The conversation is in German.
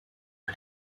mit